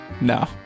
No